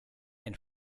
and